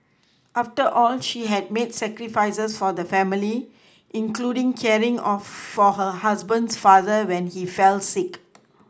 after all she had made sacrifices for the family including caring of for her husband's father when he fell sick